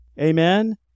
Amen